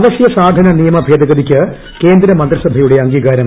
അവശ്യ ന് സാനന നിയമ ഭേദഗതിക്ക് കേന്ദ്രമന്ത്രിസഭയുടെ അംഗീകാരം